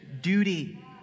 duty